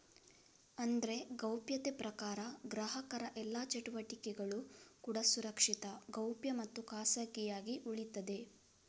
ಅಂದ್ರೆ ಗೌಪ್ಯತೆ ಪ್ರಕಾರ ಗ್ರಾಹಕರ ಎಲ್ಲಾ ಚಟುವಟಿಕೆಗಳು ಕೂಡಾ ಸುರಕ್ಷಿತ, ಗೌಪ್ಯ ಮತ್ತು ಖಾಸಗಿಯಾಗಿ ಉಳೀತದೆ